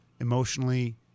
emotionally